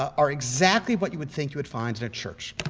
are exactly what you would think you would find in a church.